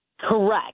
Correct